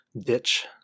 ditch